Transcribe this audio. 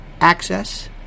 access